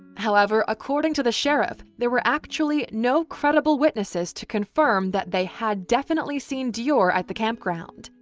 however, according to the sheriff, there were actually no credible witnesses to confirm that they had definitely seen deorr at the campground.